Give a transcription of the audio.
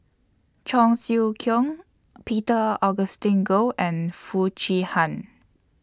Cheong Siew Keong Peter Augustine Goh and Foo Chee Han